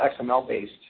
XML-based